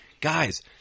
Guys